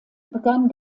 begann